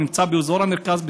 הוא נמצא באזור המרכז,